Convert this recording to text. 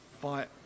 fight